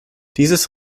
dieses